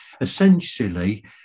essentially